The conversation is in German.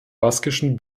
baskischen